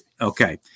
Okay